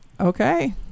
Okay